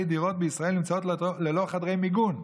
דירות בישראל נמצאות ללא חדרי מיגון,